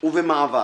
ובמעבר.